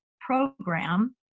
program